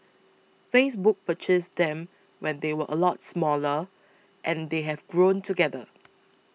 Facebook purchased them when they were a lot smaller and they have grown together